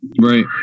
right